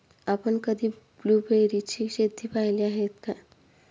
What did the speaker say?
आपण कधी ब्लुबेरीची शेतं पाहीली आहेत काय?